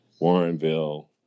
Warrenville